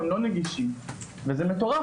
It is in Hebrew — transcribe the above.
הם לא נגישים וזה מטורף.